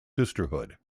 sisterhood